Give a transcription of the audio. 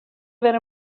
بره